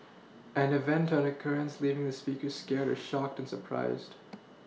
an event or occurrence leaving the speaker scared or shocked and surprised